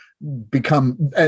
become